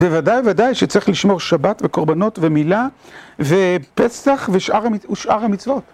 בוודאי וודאי שצריך לשמור שבת וקורבנות ומילה ופסח ושאר המצוות